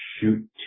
shoot